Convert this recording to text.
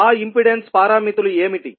ఆ ఇంపెడెన్స్ పారామితులు ఏమిటి